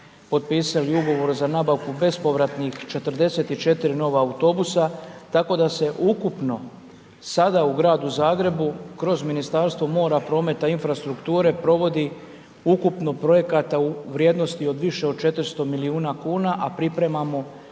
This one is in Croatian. potpisali ugovor za nabavku bespovratnih 44 nova autobusa, tako da se ukupno, sada u Gradu Zagrebu, kroz Ministarstvo mora, prometa infrastrukture, provodi, ukupno projekta u vrijednosti više od 400 milijuna kuna, a pripremamo